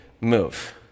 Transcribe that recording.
move